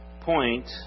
point